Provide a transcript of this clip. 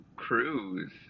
cruise